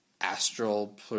Astral